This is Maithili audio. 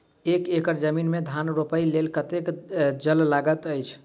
एक एकड़ जमीन मे धान रोपय लेल कतेक जल लागति अछि?